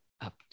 Up